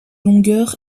longueur